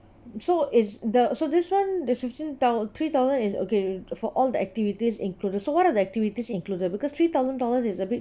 so is the so this [one] the fifteen thou~ three thousand is okay for all the activities included so what are the activities included because three thousand dollars is a bit